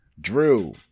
Drew